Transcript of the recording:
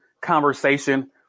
conversation